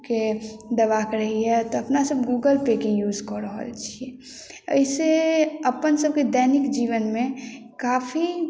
के देबाके रहैया तऽ अपना सब गूगल पेके यूज कऽ रहल छी एहि से अपन सबके दैनिक जीवनमे काफी